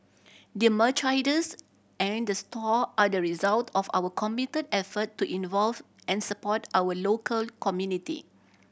the merchandise and the store are the result of our committed effort to involve and support our local community